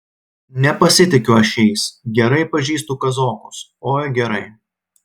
nepasitikiu aš jais gerai pažįstu kazokus oi gerai